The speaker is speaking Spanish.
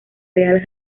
real